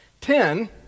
Ten